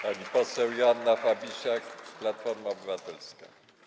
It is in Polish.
Pani poseł Joanna Fabisiak, Platforma Obywatelska.